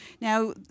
Now